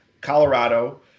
Colorado